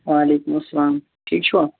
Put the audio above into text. وَعلیکُم اَسلام ٹھیٖک چھِوا